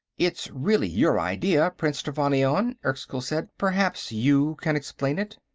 its really your idea, prince trevannion, erskyll said. perhaps you can explain it.